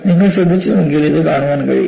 നിങ്ങൾ ശ്രദ്ധിച്ചു നോക്കിയാൽ ഇത് കാണാൻ കഴിയും